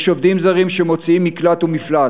יש עובדים זרים שמוצאים מקלט ומפלט.